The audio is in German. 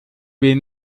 will